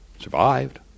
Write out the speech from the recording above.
survived